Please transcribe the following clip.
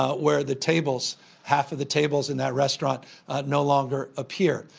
ah where the tables half of the tables in that restaurant no longer appear,